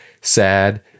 sad